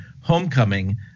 Homecoming